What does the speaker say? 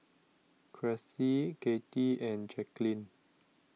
Cressie Kathy and Jaqueline